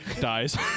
Dies